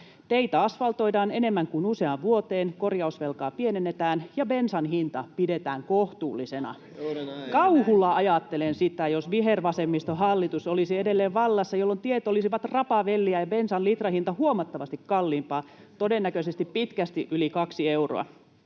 Teitä asvaltoidaan enemmän kuin useaan vuoteen, korjausvelkaa pienennetään ja bensan hinta pidetään kohtuullisena. [Anne Kalmari: Kaksi euroa!] Kauhulla ajattelen sitä, jos vihervasemmistohallitus olisi edelleen vallassa, jolloin tiet olisivat rapavelliä ja bensan litrahinta huomattavasti kalliimpaa, todennäköisesti pitkästi yli kaksi euroa.